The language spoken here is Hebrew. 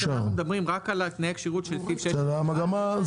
מדברים רק על תנאי הכשירות של סעיף 6- -- המגמה היא